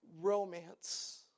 romance